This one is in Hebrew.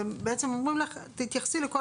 בעצם אומרים לך שתתייחסי לכל